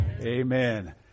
Amen